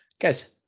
Guys